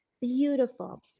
beautiful